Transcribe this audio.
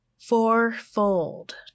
fourfold